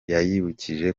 yabibukije